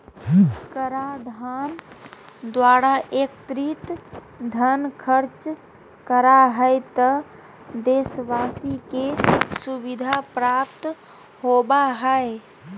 कराधान द्वारा एकत्रित धन खर्च करा हइ त देशवाशी के सुविधा प्राप्त होबा हइ